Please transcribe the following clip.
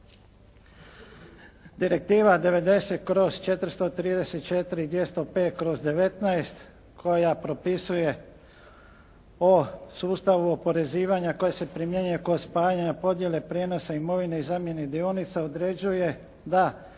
Direktiva 90/434 i 205/19 koja propisuje o sustavu oporezivanja koji se primjenjuje kod spajanja, podjele, prijenosa imovine i zamjene dionice određuje da